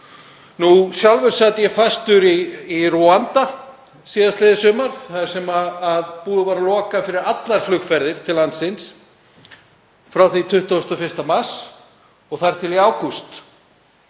Sjálfur sat ég fastur í Rúanda síðastliðið sumar þar sem búið var að loka fyrir allar flugferðir til landsins frá því 21. mars og þar til í ágúst.